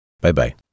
Bye-bye